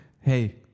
hey